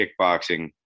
kickboxing